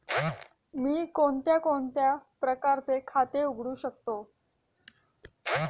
मी कोणकोणत्या प्रकारचे खाते उघडू शकतो?